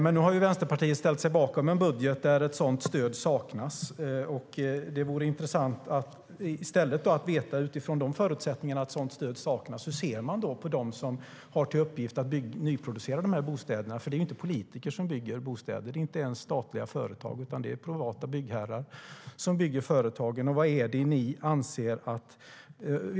Men nu har Vänsterpartiet ställt sig bakom en budget där ett sådant stöd saknas. Det vore intressant att veta, utifrån förutsättningen att sådant stöd saknas, hur man ser på dem som har till uppgift att nyproducera de här bostäderna. Det är ju inte politiker som bygger bostäder. Det är inte ens statliga företag, utan det är privata byggherrar som bygger.